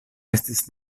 estis